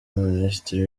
minisitiri